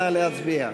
נא להצביע.